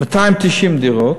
290 דירות,